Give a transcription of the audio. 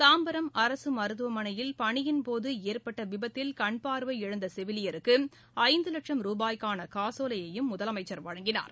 தாம்பரம் அரசு மருத்துவமனையில் பணியின்போது ஏற்பட்ட விபத்தில் கண்பார்வை இழந்த செவிலியருக்கு ஐந்து லட்சம் ரூபாய்க்கான காசோலையையும் முதலமைச்சா் வழங்கினார்